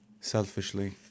selfishly